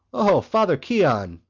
o father keon!